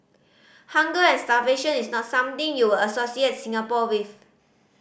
hunger and starvation is not something you would associate Singapore with